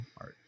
art